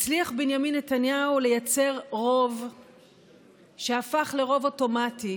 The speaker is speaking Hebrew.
הצליח בנימין נתניהו לייצר רוב שהפך לרוב אוטומטי